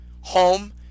Home